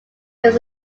this